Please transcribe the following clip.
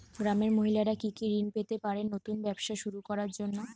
গ্রামের মহিলারা কি কি ঋণ পেতে পারেন নতুন ব্যবসা শুরু করার জন্য?